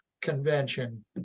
convention